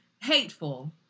hateful